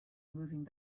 moving